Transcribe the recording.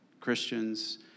Christians